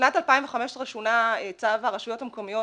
בשנת 2015 שונה צו הרשויות המקומיות.